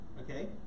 okay